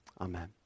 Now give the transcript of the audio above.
Amen